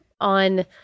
On